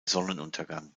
sonnenuntergang